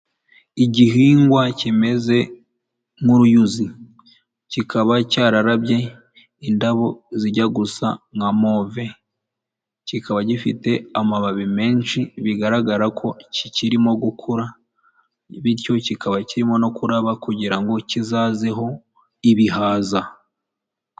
Igihingwa kimeze nk'uruyuzi. Kikaba cyararabye indabo zijya gusa nka move. Kikaba gifite amababi menshi, bigaragara ko kikirimo gukura, bityo kikaba kirimo no kuraba, kugira ngo kizazeho ibihaza.